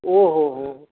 ओ हो हो हो